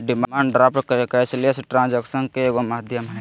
demand draft cashless ट्रांजेक्शनन के एगो माध्यम हइ